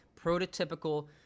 prototypical